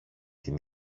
την